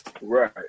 right